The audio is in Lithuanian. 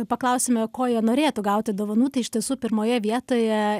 paklausėme ko jie norėtų gauti dovanų tai iš tiesų pirmoje vietoje